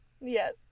Yes